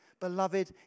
Beloved